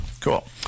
Cool